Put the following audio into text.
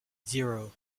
zero